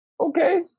Okay